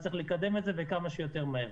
צריך לקדם את זה וכמה שיותר מהר.